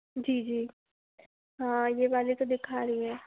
जी जी हाँ ये वाली तो दिखा रही है